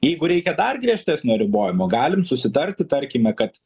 jeigu reikia dar griežtesnio ribojimo galim susitarti tarkime kad